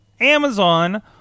Amazon